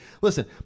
listen